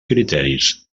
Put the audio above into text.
criteris